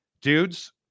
Dudes